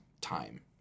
time